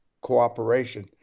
cooperation